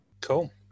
Cool